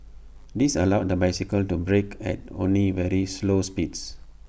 this allowed the bicycle to brake at only very slow speeds